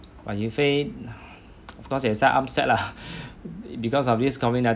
ah in fact of course you will feel upset lah because of this COVID nineteen